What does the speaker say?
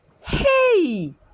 Hey